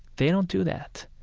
they don't do that.